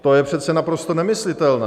To je přece naprosto nemyslitelné.